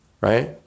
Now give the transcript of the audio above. Right